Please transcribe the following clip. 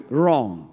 wrong